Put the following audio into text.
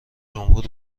جمهور